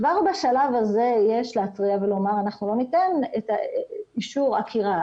וכבר בשלב הזה יש להתריע ולומר שאנחנו לא ניתן את אישור העקירה,